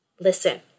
listen